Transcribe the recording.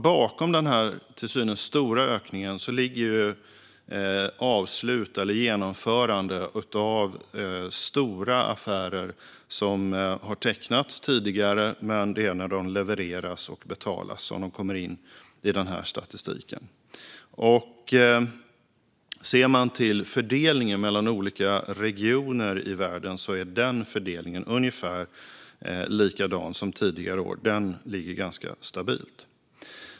Bakom den här till synes stora ökningen ligger avslut eller genomförande av stora affärer som har tecknats tidigare, men det är när de levereras och betalas som de kommer in i statistiken. Fördelningen mellan olika regioner i världen är ungefär likadan som tidigare år. Den ligger ganska stabilt.